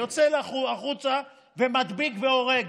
יוצא החוצה ומדביק והורג.